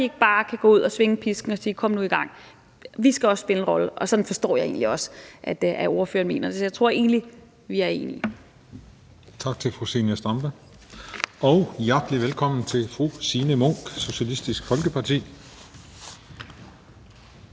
vi ikke bare kan gå ud og svinge pisken og sige: Kom nu i gang. Vi skal også spille en rolle, og sådan forstår jeg egentlig også at ordføreren mener det, så jeg tror egentlig, at vi er enige. Kl. 14:20 Den fg. formand (Christian Juhl): Tak til fru Zenia Stampe, og hjertelig velkommen til fru Signe Munk, Socialistisk Folkeparti.